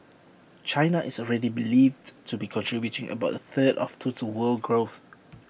China is already believed to be contributing about A third of total world growth